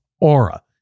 Aura